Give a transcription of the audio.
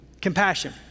compassion